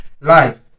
life